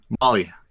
Molly